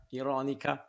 ironica